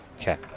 Okay